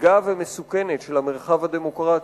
מדאיגה ומסוכנת של המרחב הדמוקרטי,